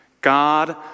God